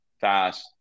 fast